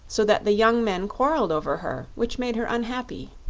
so that the young men quarreled over her, which made her unhappy.